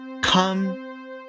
come